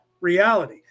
reality